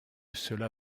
cela